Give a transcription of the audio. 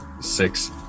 six